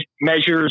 measures